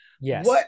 Yes